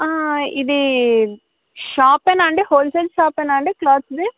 ఇదీ షాపేనా అండి హోల్సేల్ షాపేనా అండి క్లాత్ది